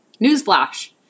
Newsflash